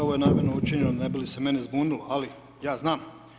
Ovo je namjerno učinjeno ne bi li se mene zbunilo, ali ja znam.